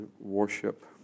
worship